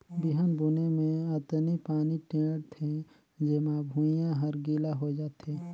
बिहन बुने मे अतनी पानी टेंड़ थें जेम्हा भुइयां हर गिला होए जाये